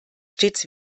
stets